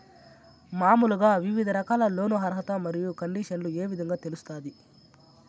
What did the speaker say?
మామూలుగా వివిధ రకాల లోను అర్హత మరియు కండిషన్లు ఏ విధంగా తెలుస్తాది?